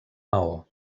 maó